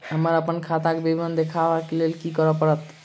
हमरा अप्पन खाताक विवरण देखबा लेल की करऽ पड़त?